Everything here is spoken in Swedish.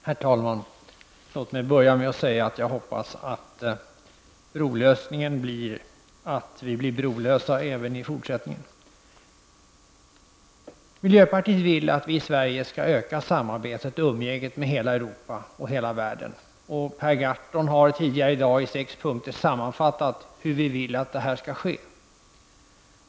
Herr talman! Låt mig börja med att säga att jag hoppas att brolösningen blir att vi blir brolösa även i fortsättningen. Miljöpartiet vill att vi i Sverige skall öka samarbetet och umgänget med Europa och hela världen. Per Gahrton har tidigare i dag i sex punkter sammanfattat hur vi vill att detta skall ske.